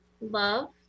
love